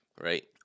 right